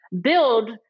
build